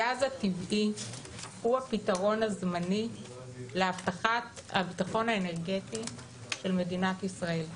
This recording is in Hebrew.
הגז הטבעי הוא הפתרון הזמני להבטחת הבטחון האנרגטי של מדינת ישראל.